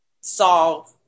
solve